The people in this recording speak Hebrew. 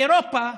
באירופה,